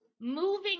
moving